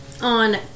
on